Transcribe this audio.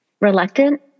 reluctant